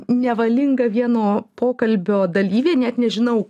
nevalinga vieno pokalbio dalyvė net nežinau